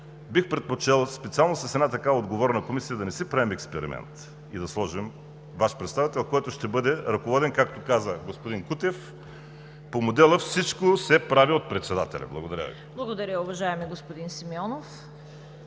бих предпочел специално с една такава отговорна комисия да не си правим експеримент и да сложим Ваш представител, който ще бъде ръководен, както каза господин Кутев, по модела: всичко се прави от председателя. Благодаря Ви. ПРЕДСЕДАТЕЛ ЦВЕТА КАРАЯНЧЕВА: Благодаря, уважаеми господин Симеонов.